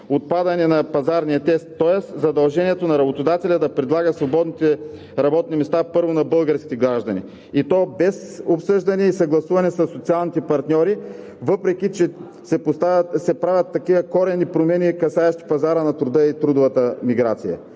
отпадане на пазарния тест, тоест задължението на работодателя да предлага свободните работни места първо на българските граждани, и то без обсъждане и съгласуване със социалните партньори, въпреки че се правят такива коренни промени, касаещи пазара на труда и трудовата миграция.